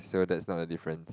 so that's not a difference